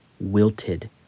wilted